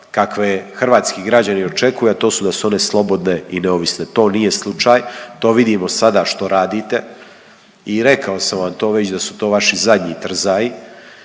kakve hrvatski građani očekuju, a to su da su one slobodne i neovisne. To nije slučaj, to vidimo sada što radite i rekao sam vam to već da su to vaši zadnji trzaji